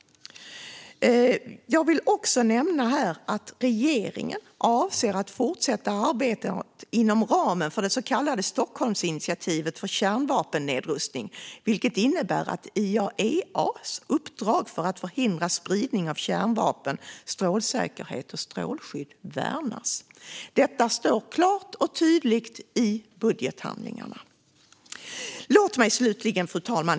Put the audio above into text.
Jag vill också nämna att regeringen avser att fortsätta arbetet inom ramen för det så kallade Stockholmsinitiativet för kärnvapennedrustning, vilket innebär att IAEA:s uppdrag för att förhindra spridning av kärnvapen samt för strålsäkerhet och strålskydd värnas. Detta står klart och tydligt i budgethandlingarna. Fru talman!